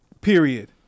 Period